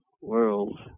world